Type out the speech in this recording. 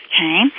Okay